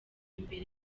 imbere